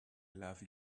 love